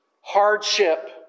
hardship